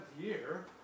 year